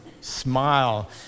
Smile